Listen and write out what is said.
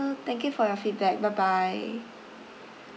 so thank you for your feedback bye bye